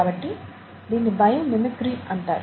కాబట్టి దీన్ని biomimicry అంటారు